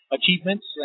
achievements